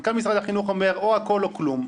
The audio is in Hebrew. מנכ"ל משרד החינוך אומר: או הכול או כלום,